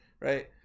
right